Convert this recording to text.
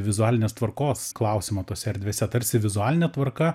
vizualinės tvarkos klausimą tose erdvėse tarsi vizualinė tvarka